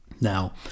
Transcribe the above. Now